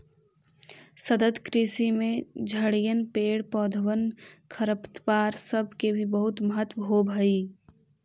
सतत कृषि में झड़िअन, पेड़ पौधबन, खरपतवार सब के भी बहुत महत्व होब हई